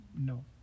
no